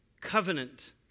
covenant